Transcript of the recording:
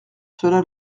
cela